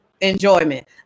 enjoyment